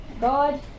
God